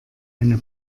eine